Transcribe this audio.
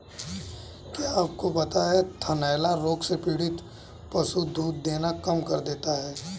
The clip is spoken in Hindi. क्या आपको पता है थनैला रोग से पीड़ित पशु दूध देना कम कर देता है?